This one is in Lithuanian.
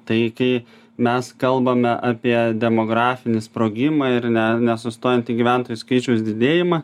tai kai mes kalbame apie demografinį sprogimą ir ne nesustojantį gyventojų skaičiaus didėjimą